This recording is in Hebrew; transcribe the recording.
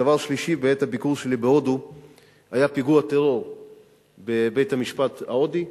הדבר השלישי: בעת ביקור שלי בהודו היה פיגוע טרור בבית-המשפט ההודי,